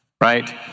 right